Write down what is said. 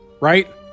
right